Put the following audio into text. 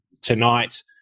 tonight